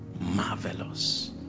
marvelous